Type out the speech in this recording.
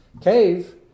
cave